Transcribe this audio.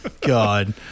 God